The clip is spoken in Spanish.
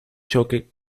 choque